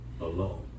alone